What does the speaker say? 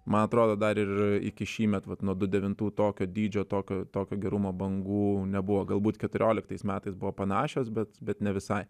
man atrodo dar ir iki šįmet vat nuo du devintų tokio dydžio tokio tokio gerumo bangų nebuvo galbūt keturioliktais metais buvo panašios bet bet ne visai